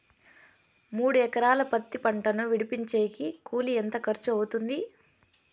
మూడు ఎకరాలు పత్తి పంటను విడిపించేకి కూలి ఎంత ఖర్చు అవుతుంది?